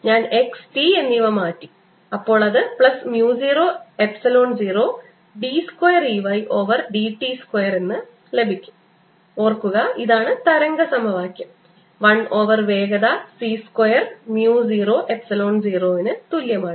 ഞാൻ x t എന്നിവ മാറ്റി അപ്പോൾ അത് plus mu 0 epsilon 0 d square E y over d t square എന്ന് ലഭിക്കും ഓർക്കുക ഇതാണ് തരംഗ സമവാക്യം 1 ഓവർ വേഗത c സ്ക്വയർ mu 0 എപ്സിലോൺ 0 ന് തുല്യമാണ്